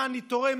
מה אני תורם,